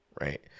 Right